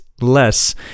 less